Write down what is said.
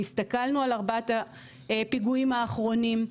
הסתכלנו על ארבעת הפיגועים האחרונים.